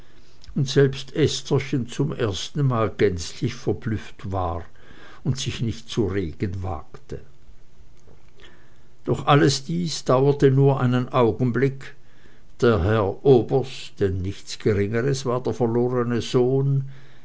und selbst estherchen zum ersten mal gänzlich verblüfft war und sich nicht zu regen wagte doch alles dies dauerte nur einen augenblick der herr oberst denn nichts geringeres war der verlorene sohn